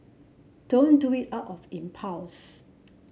don't do it out of impulse